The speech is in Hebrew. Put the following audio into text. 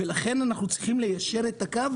ולכן אנחנו צריכים ליישר את הקו,